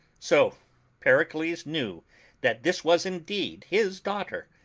so per icles knew that this was indeed his daughter,